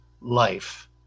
life